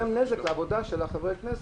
אז, אודה לכם גם על סבלנותכם.